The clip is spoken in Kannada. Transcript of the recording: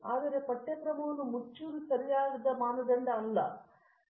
ಈಗ ಪಠ್ಯಕ್ರಮವನ್ನು ಮುಚ್ಚುವುದು ಸರಿಯಾಗಿಲ್ಲ ಮಾನದಂಡವಲ್ಲ